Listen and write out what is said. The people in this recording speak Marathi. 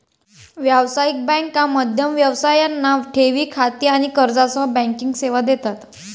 व्यावसायिक बँका मध्यम व्यवसायांना ठेवी खाती आणि कर्जासह बँकिंग सेवा देतात